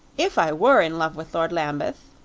if i were in love with lord lambeth,